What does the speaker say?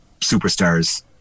superstars